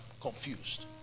confused